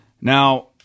Now